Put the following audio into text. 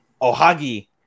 Ohagi